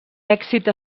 èxit